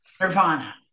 Nirvana